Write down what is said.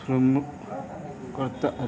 from करता